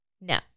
No